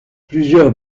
plusieurs